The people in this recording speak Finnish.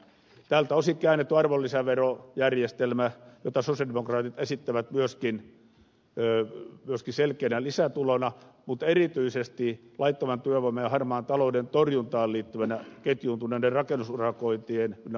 tältä osin sosialidemokraatit esittävät käännettyä arvonlisäverojärjestelmää myöskin selkeänä lisätulona mutta erityisesti laittoman työvoiman ja harmaan talouden torjuntaan liittyvänä ketjuuntuneiden rakennusurakointien ynnä muuta